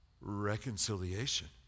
Reconciliation